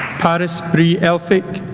paris bree elphick